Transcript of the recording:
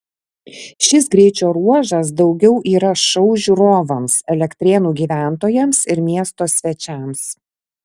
šis greičio ruožas daugiau yra šou žiūrovams elektrėnų gyventojams ir miesto svečiams